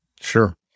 Sure